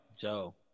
Joe